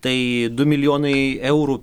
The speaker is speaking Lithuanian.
tai du milijonai eurų